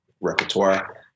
repertoire